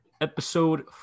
Episode